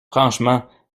franchement